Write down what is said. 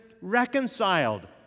reconciled